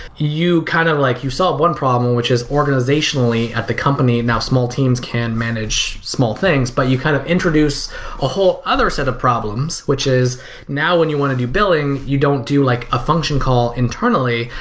you kind of like you solved one problem which is organizationally at the company. now small teams can manage small things but you kind of introduce a whole other set of problems which is now, when you want to do billing you don't do like a function call internally,